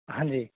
हाँ जी